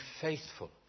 faithful